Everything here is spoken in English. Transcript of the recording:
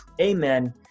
Amen